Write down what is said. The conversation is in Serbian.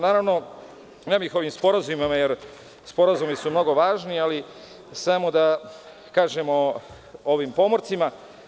Naravno, ne bih o ovim sporazumima jer sporazumi su mnogo važni, ali samo da kažemo o ovim pomorcima.